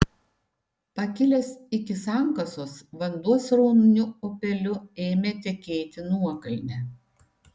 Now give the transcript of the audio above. pakilęs iki sankasos vanduo srauniu upeliu ėmė tekėti nuokalne